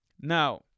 Now